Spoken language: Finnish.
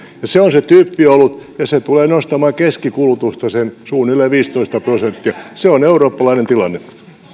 ja se on se tyyppiolut ja se tulee nostamaan keskikulutusta suunnilleen sen viisitoista prosenttia se on eurooppalainen tilanne